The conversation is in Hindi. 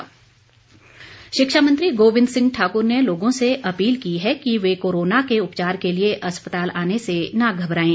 गोविंद ठाकुर शिक्षा मंत्री गोविंद सिंह ठाक्र ने लोगों से अपील की है कि वे कोरोना के उपचार के लिए अस्पताल आने से न घबराएं